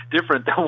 different